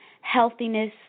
healthiness